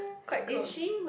quite close